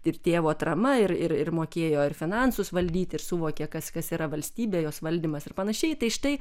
ir tėvo atrama ir ir mokėjo ir finansus valdyti ir suvokė kas kas yra valstybė jos valdymas ir panašiai tai štai